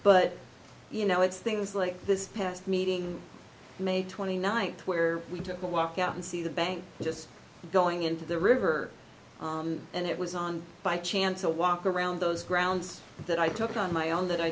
but you know it's things like this past meeting may twenty ninth where we took a walk out and see the bank just going into the river and it was on by chance a walk around those grounds that i took on my own that i